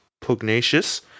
pugnacious